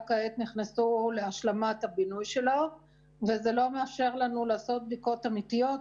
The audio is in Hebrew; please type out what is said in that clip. רק כעת נכנסו להשלמת הבינוי שלו וזה לא מאפשר לנו לעשות בדיקות אמיתיות,